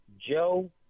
Joe